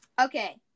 Okay